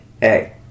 hey